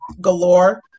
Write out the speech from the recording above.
Galore